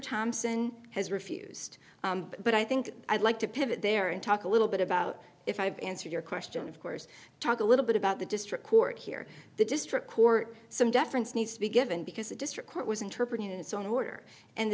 thompson has refused but i think i'd like to pivot there and talk a little bit about if i've answered your question of course talk a little bit about the district court here the district court some deference needs to be given because a district court was interpreted in its own order and the